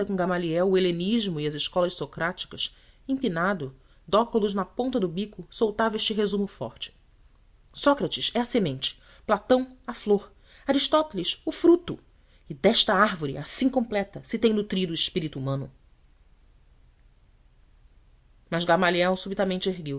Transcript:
o helenismo e as escolas socráticas empinado de óculos na ponta do bico soltava este resumo forte sócrates é a semente platão a flor aristóteles o fruto e desta árvore assim completa se tem nutrido o espírito humano mas gamaliel subitamente